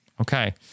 Okay